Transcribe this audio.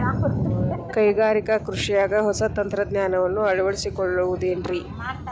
ಕೈಗಾರಿಕಾ ಕೃಷಿಯಾಗ ಹೊಸ ತಂತ್ರಜ್ಞಾನವನ್ನ ಅಳವಡಿಸಿಕೊಳ್ಳಬಹುದೇನ್ರೇ?